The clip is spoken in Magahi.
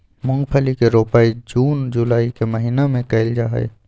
मूंगफली के रोपाई जून जुलाई के महीना में कइल जाहई